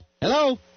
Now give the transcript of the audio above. Hello